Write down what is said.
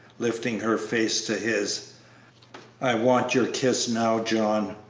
lifting her face to his i want your kiss now, john,